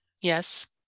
Yes